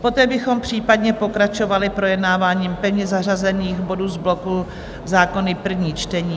Poté bychom případně pokračovali projednáváním pevně zařazených bodů z bloku Zákony první čtení.